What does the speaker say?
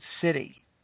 City